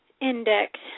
index